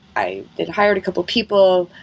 i had hired a couple people.